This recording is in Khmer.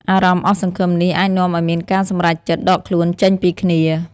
អារម្មណ៍អស់សង្ឃឹមនេះអាចនាំឲ្យមានការសម្រេចចិត្តដកខ្លួនចេញពីគ្នា។